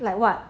like what